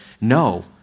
no